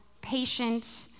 patient